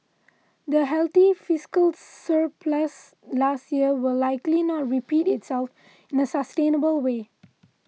the healthy fiscal surplus last year will likely not repeat itself in a sustainable way